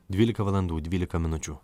dvylika valandų dvylika minučių